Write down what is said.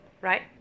right